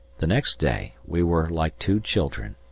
the next day we were like two children.